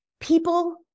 people